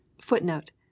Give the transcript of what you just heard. Footnote